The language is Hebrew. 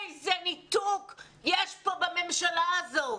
איזה ניתוק יש כאן בממשלה הזאת.